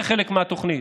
זה חלק מהתוכנית.